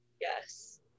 yes